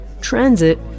Transit